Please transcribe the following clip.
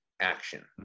action